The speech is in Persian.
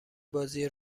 بازی